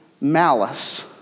malice